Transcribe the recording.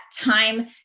time